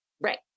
Right